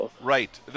Right